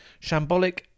Shambolic